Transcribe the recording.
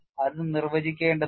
അത് നിർവചിക്കേണ്ടതുണ്ട്